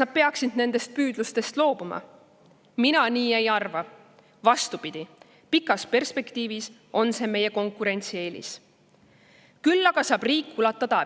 nad peaksid nendest püüdlustest loobuma? Mina nii ei arva. Vastupidi, pikas perspektiivis on see meie konkurentsieelis. Küll aga saab riik ulatada